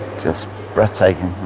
just breathtaking,